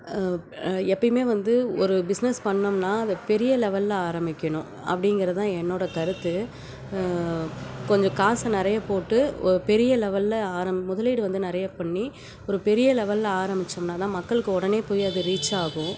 எப்பையுமே வந்து ஒரு பிஸ்னஸ் பண்ணம்னால் அதை பெரிய லெவலில் ஆரமிக்கணும் அப்படிங்கிறதான் என்னோடய கருத்து கொஞ்சம் காசை நிறைய போட்டு ஒ பெரிய லெவலில் ஆரம் முதலீடு வந்து நிறைய பண்ணி ஒரு பெரிய லெவலில் ஆரமிச்சோம்னா தான் மக்களுக்கு உடனே போய் அது ரீச் ஆகும்